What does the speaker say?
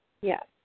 Yes